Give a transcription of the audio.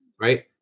right